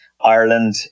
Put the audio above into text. Ireland